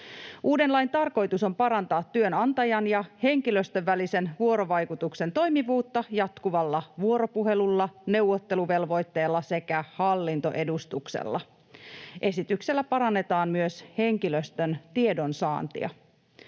Uuden lain tarkoitus on parantaa työnantajan ja henkilöstön välisen vuorovaikutuksen toimivuutta jatkuvalla vuoropuhelulla, neuvotteluvelvoitteella sekä hallintoedustuksella. Esityksellä parannetaan myös henkilöstön tiedonsaantia.